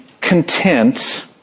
content